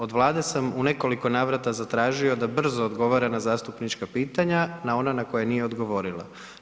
Od Vlade sam u nekoliko navrata zatražio da brzo odgovara na zastupnička pitanja, na ona na koje nije odgovorila.